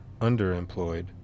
underemployed